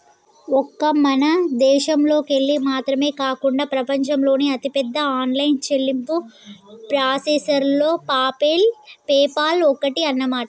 ఒక్క మన దేశంలోకెళ్ళి మాత్రమే కాకుండా ప్రపంచంలోని అతిపెద్ద ఆన్లైన్ చెల్లింపు ప్రాసెసర్లలో పేపాల్ ఒక్కటి అన్నమాట